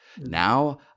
Now